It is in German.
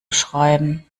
schreiben